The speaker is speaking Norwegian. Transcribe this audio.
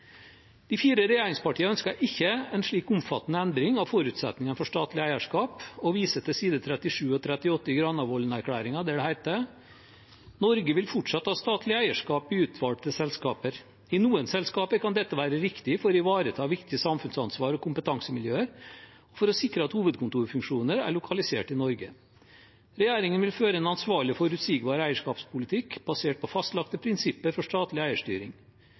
De fire regjeringspartiene ønsker ikke en slik omfattende endring av forutsetningene for statlig eierskap og viser til side 37–38 i Granavolden-erklæringen, der det heter: «Norge vil fortsatt ha statlig eierskap i utvalgte selskaper. I noen selskaper kan dette være riktig for å ivareta viktige samfunnsansvar og kompetansemiljøer, og for å sikre at hovedkontorfunksjoner er lokalisert i Norge. Regjeringen vil føre en ansvarlig og forutsigbar eierskapspolitikk basert på fastlagte prinsipper for statlig eierstyring.